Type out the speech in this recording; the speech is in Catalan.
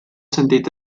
sentit